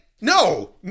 No